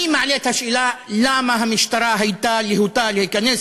אני מעלה את השאלה: למה המשטרה הייתה להוטה להיכנס